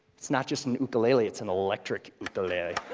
it's not just an ukulele, it's an electric ukulele.